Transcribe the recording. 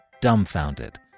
dumbfounded